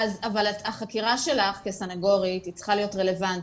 החקירה שלך כסניגורית צריכה להיות רלבנטית.